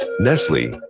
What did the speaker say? Nestle